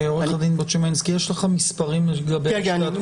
עו"ד בוצומנסקי, יש לך מספרים לגבי הדוחות?